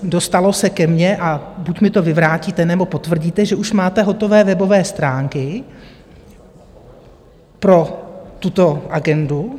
Dostalo se ke mně a buď mi to vyvrátíte, nebo potvrdíte že už máte hotové webové stránky pro tuto agendu.